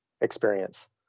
experience